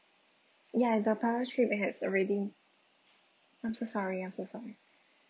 ya the power trip has already I'm so sorry I'm so sorry